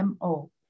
MO